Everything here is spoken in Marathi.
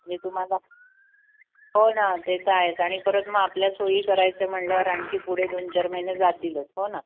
जे तुम्हाला हो ना ते तर आहेच आहेत आणि परत मग आपल्या सोयी करायचं म्हटल्या आणखी पुढे दोन चार महिने जातीलच हो ना